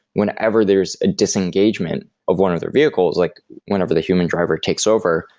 whenever there's a disengagement of one of their vehicles, like whenever the human driver takes over,